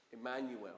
Emmanuel